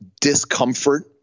discomfort